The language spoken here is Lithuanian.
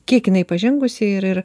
kiek jinai pažengusi ir ir